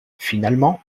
finalement